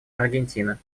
аргентина